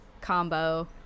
combo